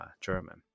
German